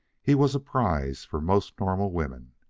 he was a prize for most normal women.